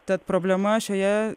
tad problema šioje